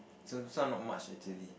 this this one not much actually